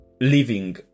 living